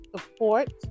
support